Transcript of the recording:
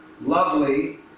lovely